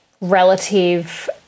relative